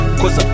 cause